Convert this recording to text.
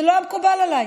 זה לא היה מקובל עליי.